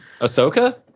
Ahsoka